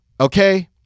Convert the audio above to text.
okay